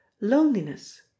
Loneliness